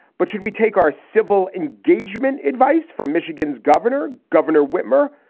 but should we take our civil engagement advice from michigan's governor, governor wittmer,